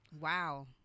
Wow